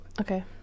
okay